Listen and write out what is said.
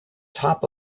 top